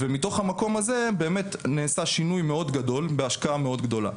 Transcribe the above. מתוך המקום הזה באמת נעשה שינוי מאוד גדול בהשקעה מאוד גדולה.